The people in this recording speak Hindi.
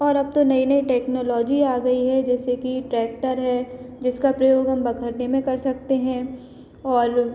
और अब तो नई नई टेक्नोलॉजी आ गई है जैसे की ट्रैक्टर है जिसका प्रयोग हम बखरने में सकते हैं और